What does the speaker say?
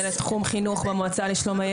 מנהלת תחום חינוך במועצה לשלום הילד.